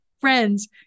friends